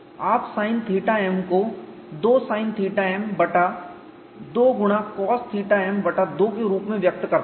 आप Sinθm को 2 Sinθm बटा 2 गुणा Cosθm बटा 2 के रूप में व्यक्त करते हैं